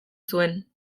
zuen